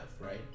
Right